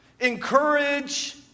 Encourage